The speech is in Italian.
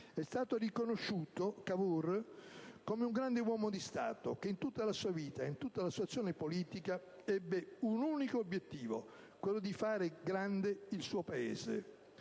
è stato riconosciuto come un grande uomo di Stato, che in tutta la sua vita e in tutta la sua azione politica ebbe un unico obiettivo: quello di fare grande il suo Paese.